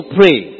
pray